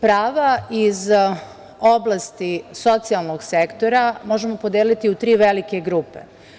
Prava iz oblasti socijalnog sektora možemo podeliti u tri velike grupe.